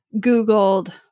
Googled